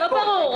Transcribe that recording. לא ברור.